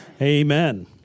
Amen